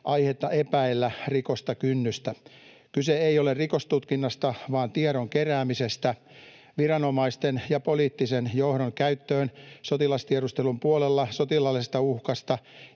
aihetta epäillä rikosta. Kyse ei ole rikostutkinnasta, vaan tiedon keräämisestä viranomaisten ja poliittisen johdon käyttöön sotilastiedustelun puolella sotilaallisesta uhkasta